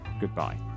goodbye